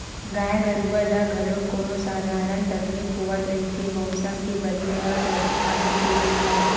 गाय गरूवा ल घलोक कोनो सधारन तकलीफ होवत रहिथे मउसम के बदले म सरदी, खांसी के रुप म